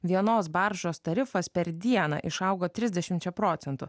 vienos baržos tarifas per dieną išaugo trisdešimčia procentų